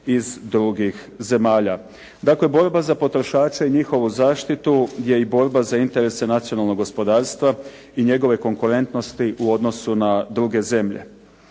iz drugih zemalja. Dakle, borba za potrošače i njihovu zaštitu je i borba za interese nacionalnog gospodarstva i njegove konkurentnosti u odnosu na druge zemlje.